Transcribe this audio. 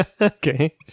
Okay